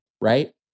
Right